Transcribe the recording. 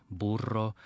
burro